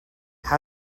how